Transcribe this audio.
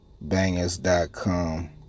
Bangers.com